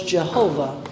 Jehovah